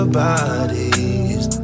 bodies